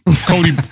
Cody